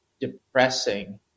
depressing